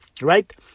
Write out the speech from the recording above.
right